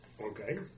Okay